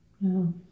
No